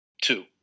Two